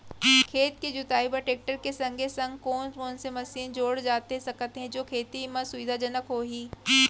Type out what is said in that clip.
खेत के जुताई बर टेकटर के संगे संग कोन कोन से मशीन जोड़ा जाथे सकत हे जो खेती म सुविधाजनक होही?